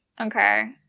Okay